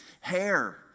Hair